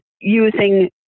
using